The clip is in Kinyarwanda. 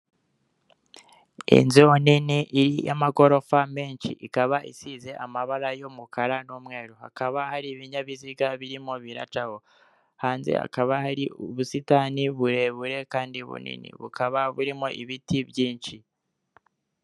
Inzu nini y'amagorofa menshi ikaba isize amabara y'umukara n'umweru hakaba hari ibinyabiziga birimo biracaho, hanze hakaba hari ubusitani burebure kandi bunini, bukaba burimo ibiti byinshi.